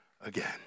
again